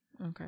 Okay